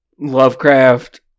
Lovecraft